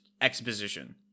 exposition